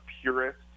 purist